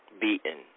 beaten